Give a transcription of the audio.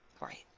right